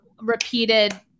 repeated